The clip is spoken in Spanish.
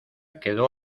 quedó